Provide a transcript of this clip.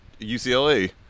UCLA